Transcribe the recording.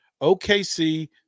OKC